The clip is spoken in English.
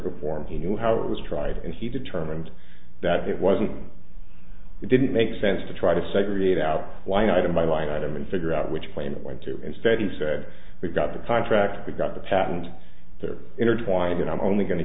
reform he knew how it was tried and he determined that it wasn't it didn't make sense to try to segregate out why item by line item and figure out which plane it went to instead he said we've got the contract we've got the patent they're intertwined and i'm only going to